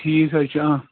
ٹھیٖک حظ چھُ